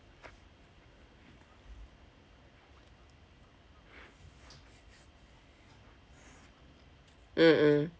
mm mm